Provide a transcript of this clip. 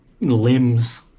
limbs